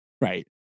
right